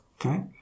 okay